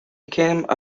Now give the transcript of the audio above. became